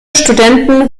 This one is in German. studenten